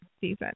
season